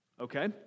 okay